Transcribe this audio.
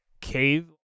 cave